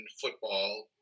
football